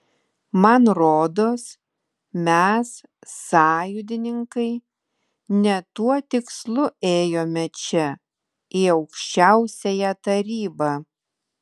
man rodos mes sąjūdininkai ne tuo tikslu ėjome čia į aukščiausiąją tarybą